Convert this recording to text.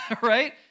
right